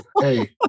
hey